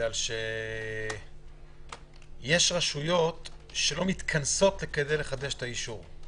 יש רשויות שלא מתכנסות כדי לחדש את האישור.